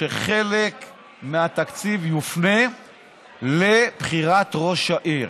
שחלק מהתקציב יופנה לבחירת ראש העיר,